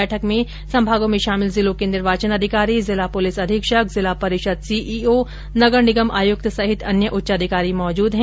बैठक में संभागों में शमिल जिलो के निर्वाचन अधिकारी जिला पुलिस अधीक्षक जिला परिषद सीईओ नगर निगम आयुक्त सहित अन्य उच्चाधिकारी मौजूद है